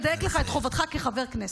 אדייק לך את חובתך כחבר כנסת.